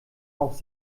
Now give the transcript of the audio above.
aus